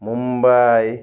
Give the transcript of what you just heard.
Mumbai